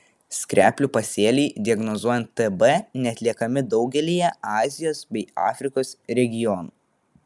skreplių pasėliai diagnozuojant tb neatliekami daugelyje azijos bei afrikos regionų